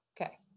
okay